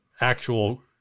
actual